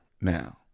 now